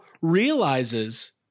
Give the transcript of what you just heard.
realizes